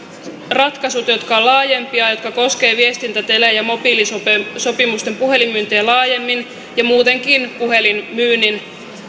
ratkaisut jotka ovat laajempia ja jotka koskevat viestintä tele ja mobiilisopimusten puhelinmyyntiä laajemmin ja muutenkin puhelinmyynnin